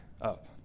up